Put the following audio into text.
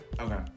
Okay